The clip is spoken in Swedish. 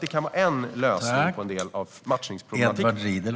Det kan vara en lösning på en del av matchningsproblemet.